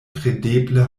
kredeble